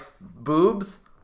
boobs